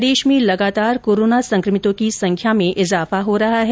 प्रदेश में लगातार कोरोना संक्रमितों की संख्या में इजाफा हो रहा है